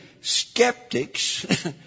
skeptics